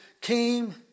came